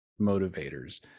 motivators